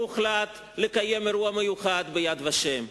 הוחלט גם לקיים אירוע מיוחד ב"יד ושם".